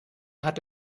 hat